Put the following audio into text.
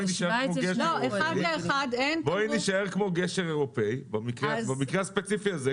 אז בואי נישאר כמו גשר אירופאי במקרה הספציפי הזה.